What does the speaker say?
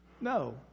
No